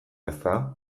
ezta